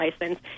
license